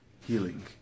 healing